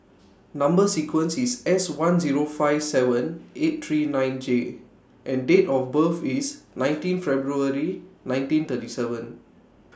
Number sequence IS S one Zero five seven eight three nine J and Date of birth IS nineteen February nineteen thirty seven